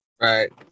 Right